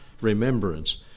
remembrance